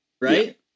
Right